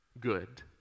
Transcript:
good